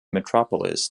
metropolis